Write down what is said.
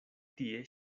tie